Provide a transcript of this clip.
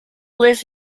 lives